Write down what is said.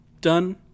done